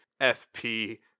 FP